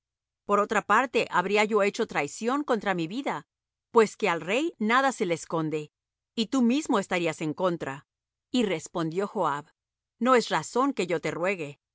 por otra parte habría yo hecho traición contra mi vida pues que al rey nada se le esconde y tú mismo estarías en contra y respondió joab no es razón que yo te ruegue